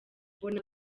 mbona